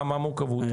מה המורכבות?